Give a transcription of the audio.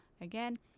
again